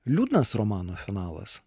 liūdnas romano finalas